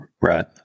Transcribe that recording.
Right